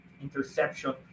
interception